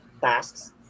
tasks